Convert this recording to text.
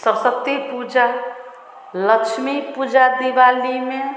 सरस्वती पूजा लक्ष्मी पूजा दिवाली में